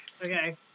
Okay